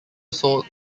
sold